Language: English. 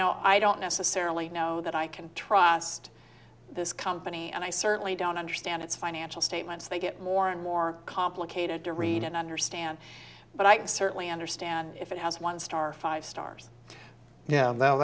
know i don't necessarily know that i can trust this company and i certainly don't understand its financial statements they get more and more complicated to read and understand but i can certainly understand if it has one star five stars yeah well